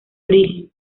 origen